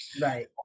right